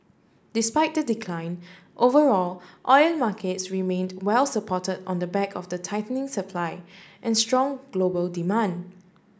despite the decline overall oil markets remained well supported on the back of the tightening supply and strong global demand